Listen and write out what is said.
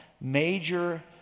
major